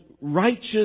righteous